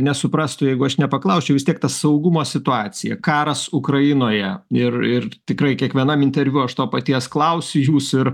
nesuprastų jeigu aš nepaklausčiau vis tiek ta saugumo situacija karas ukrainoje ir ir tikrai kiekvienam interviu aš to paties klausiu jūsų ir